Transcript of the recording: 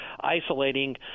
isolating